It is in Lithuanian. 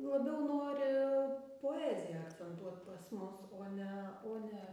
labiau nori poeziją akcentuot pas mus o ne o ne